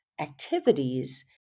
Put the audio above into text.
activities